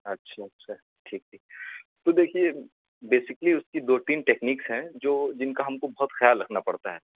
اچھا اچھا ٹھیک ٹھیک تو دیکھیے بیسکلی اس کی دو تین ٹیکنیکس ہیں جو جن کا ہم کو بہت خیال رکھنا پڑتا ہے